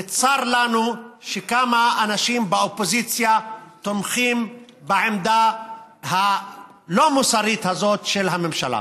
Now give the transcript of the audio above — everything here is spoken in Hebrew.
וצר לנו שכמה אנשים באופוזיציה תומכים בעמדה הלא-מוסרית הזאת של הממשלה.